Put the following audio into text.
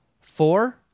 four